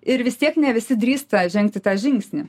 ir vis tiek ne visi drįsta žengti tą žingsnį